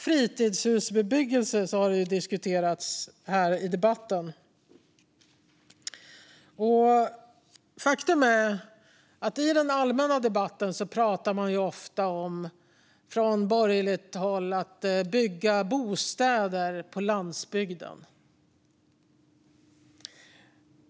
Fritidshusbebyggelse har diskuterats i den här debatten. I den allmänna debatten pratar man från borgerligt håll ofta om att bygga bostäder på landsbygden.